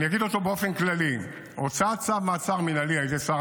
אני אגיד אותו באופן כללי: הוצאת צו מעצר מינהלי על ידי שר